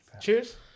Cheers